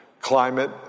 climate